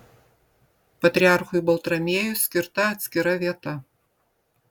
patriarchui baltramiejui skirta atskira vieta